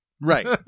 Right